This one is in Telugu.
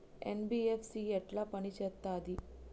ఎన్.బి.ఎఫ్.సి ఎట్ల పని చేత్తది?